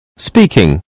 Speaking